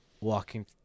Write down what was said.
walking